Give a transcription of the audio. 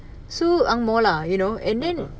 so ang moh lah you know and then